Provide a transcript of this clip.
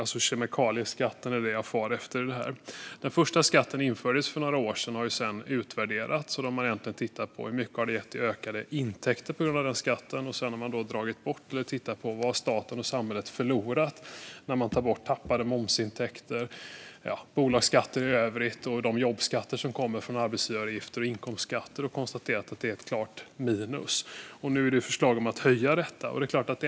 Det jag far efter i detta är kemikalieskatten. Den första skatten infördes för några år sedan och har sedan utvärderats. Då har man tittat på hur mycket skatten har gett i ökade intäkter, och sedan har man dragit bort vad staten och samhället har förlorat på tappade momsintäkter, bolagsskatter i övrigt och de jobbskatter som kommer från arbetsgivaravgifter och inkomstskatter och konstaterat att det är ett klart minus. Nu är det på förslag att höja denna skatt.